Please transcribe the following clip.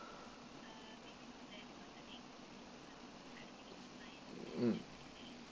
mm